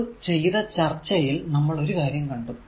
മുമ്പ് ചെയ്ത ചർച്ചയിൽ നമ്മൾ ഒരു കാര്യം കണ്ടു